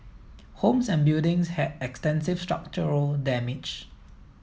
homes and buildings had extensive structural damage